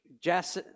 Jess